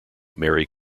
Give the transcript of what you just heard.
mary